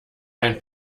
ein